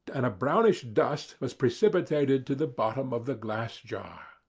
and a brownish dust was precipitated to the bottom of the glass jar.